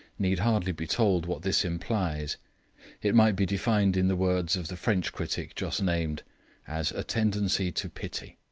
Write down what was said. need hardly be told what this implies it might be defined in the words of the french critic just named as a tendency to pity.